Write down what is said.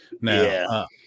now